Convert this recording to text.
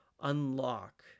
unlock